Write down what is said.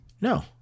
No